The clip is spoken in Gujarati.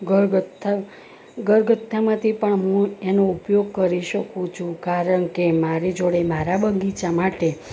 ઘરગથ્થા ઘરગથ્થામાંથી પણ હું એનો ઉપયોગ કરી શકું છું કારણ કે મારી જોડે મારા બગીચા માટે